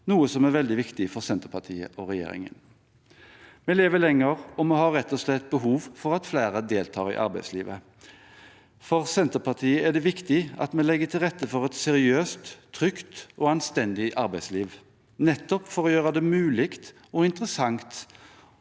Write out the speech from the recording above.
noe som er veldig viktig for Senterpartiet og regjeringen. Vi lever lenger, og vi har rett og slett behov for at flere deltar i arbeidslivet. For Senterpartiet er det viktig at vi legger til rette for et seriøst, trygt og anstendig arbeidsliv, nettopp for å gjøre det mulig og interessant